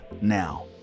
now